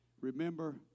Remember